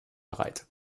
bereit